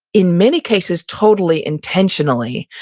in many cases totally intentionally,